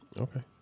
Okay